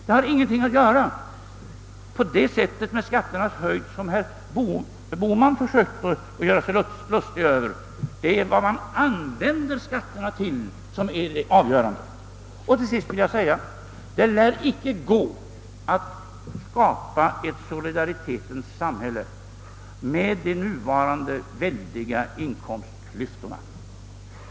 Det har ingenting att göra med skatternas höjd på det sätt som herr Bohman försökte göra sig lustig över, utan det avgörande är vad man använder skatterna till. Till sist vill jag säga: Det lär inte gå att skapa ett solidaritetens samhälle med de nuvarande väldiga inkomstklyftorna.